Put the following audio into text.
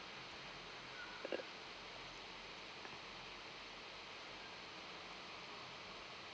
uh